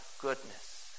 goodness